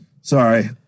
Sorry